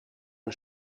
een